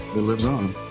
that lives on.